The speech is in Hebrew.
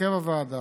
הרכב הוועדה: